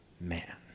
man